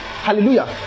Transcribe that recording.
Hallelujah